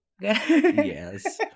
Yes